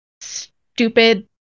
stupid